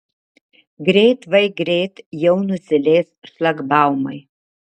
greit vai greit jau nusileis šlagbaumai